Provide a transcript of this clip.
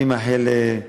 נא לסיים.